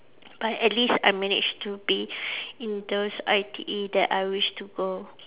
but at least I managed to be in those I_T_E that I wished to go